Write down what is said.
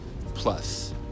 plus